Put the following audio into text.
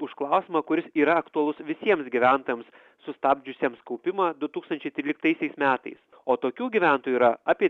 už klausimą kuris yra aktualus visiems gyventojams sustabdžiusiems kaupimą du tūkstančiai tryliktaisiais metais o tokių gyventojų yra apie